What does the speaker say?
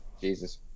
Jesus